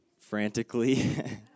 frantically